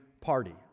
party